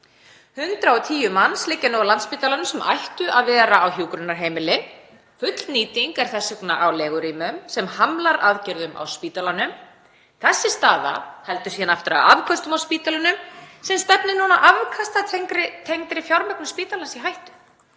110 manns liggja nú á Landspítalanum sem ættu að vera á hjúkrunarheimili. Fullnýting er þess vegna á legurýmum sem hamlar aðgerðum á spítalanum. Þessi staða heldur síðan aftur af afköstum á spítalanum sem nú stefnir afkastatengdri fjármögnun spítalans í hættu